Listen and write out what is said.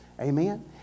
Amen